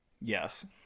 Yes